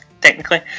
technically